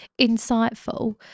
insightful